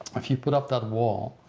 if you put up that wall,